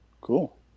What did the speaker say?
Cool